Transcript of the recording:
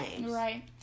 Right